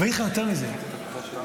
אבל אני אגיד לך יותר מזה, אלעזר.